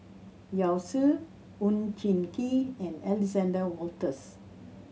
Yao Zi Oon Jin Gee and Alexander Wolters